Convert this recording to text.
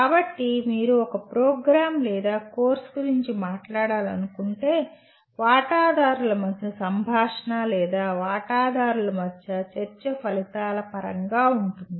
కాబట్టి మీరు ఒక ప్రోగ్రామ్ లేదా కోర్సు గురించి మాట్లాడాలనుకుంటే వాటాదారుల మధ్య సంభాషణ లేదా వాటాదారుల మధ్య చర్చ ఫలితాల పరంగా ఉంటుంది